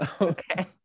Okay